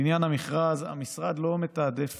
לעניין המכרז, המשרד לא מתעדף